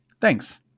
Thanks